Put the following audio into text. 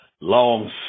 long